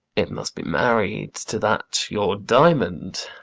it must be married to that your diamond